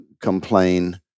complain